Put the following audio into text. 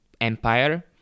empire